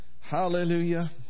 Hallelujah